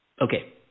Okay